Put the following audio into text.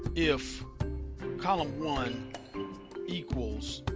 if column one equals